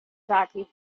jockey